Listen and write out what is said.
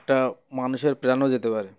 একটা মানুষের প্রাণও যেতে পারে